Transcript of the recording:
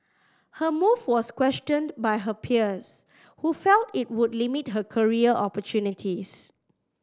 her move was questioned by her peers who felt it would limit her career opportunities